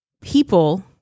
people